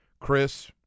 Chris